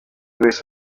wese